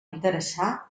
interessar